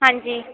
ਹਾਂਜੀ